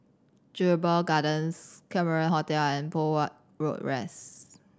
Jedburgh Gardens Cameron Hotel and Poh Huat Road West